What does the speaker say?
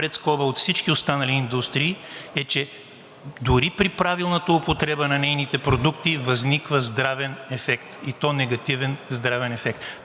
пред скоба от всички останали индустрии е, че дори при правилната употреба на нейните продукти възниква здравен ефект, и то негативен здравен ефект.